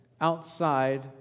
outside